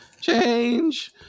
Change